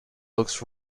looks